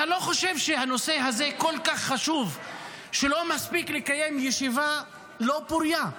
אתה לא חושב שהנושא הזה כל כך חשוב שלא מספיק לקיים ישיבה לא פורייה,